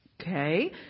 okay